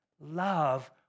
Love